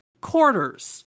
quarters